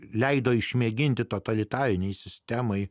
leido išmėginti totalitarinei sistemai